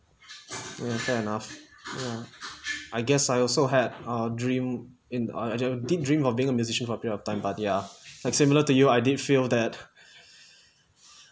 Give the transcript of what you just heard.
ya fair enough ya I guess I also had a dream in I uh did dream of being a musician for period of time but ya like similar to you I did feel that